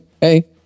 hey